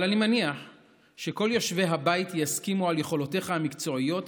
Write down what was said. אבל אני מניח שכל יושבי הבית יסכימו על יכולותיך המקצועיות,